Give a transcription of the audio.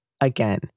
Again